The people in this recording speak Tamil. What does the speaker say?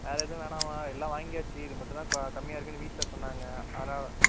வேற எதுவும் வேணாம்மா எல்லாம் வாங்கியாச்சு இது மட்டும்தான் கம்மியாக இருக்குனு வீட்டில் சொன்னாங்க அதனால்